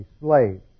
slave